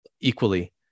equally